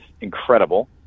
incredible